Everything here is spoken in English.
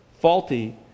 faulty